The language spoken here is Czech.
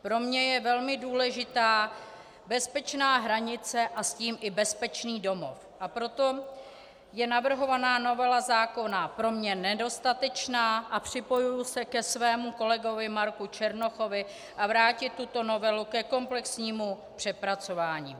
Pro mě je velmi důležitá bezpečná hranice a s tím i bezpečný domov, a proto je navrhovaná novela zákona pro mě nedostatečná a připojuji se ke svému kolegovi Marku Černochovi vrátit tuto novelu ke komplexnímu přepracování.